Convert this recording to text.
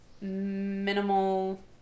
Minimal